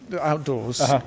outdoors